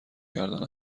کردن